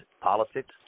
politics